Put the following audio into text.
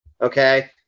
Okay